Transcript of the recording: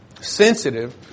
sensitive